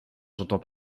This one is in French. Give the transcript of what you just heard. j’entends